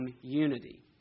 unity